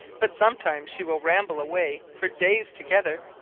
but sometimes she will ramble away for days together,